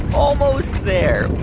almost there.